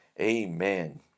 Amen